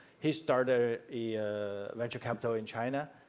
he started ah a venture capital in china.